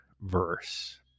verse